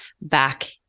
back